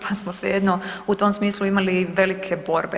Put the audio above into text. Pa smo svejedno u tom smislu imali velike borbe.